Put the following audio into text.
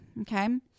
Okay